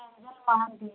angel Mohanty